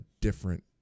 different